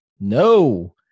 No